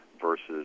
versus